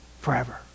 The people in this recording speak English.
forever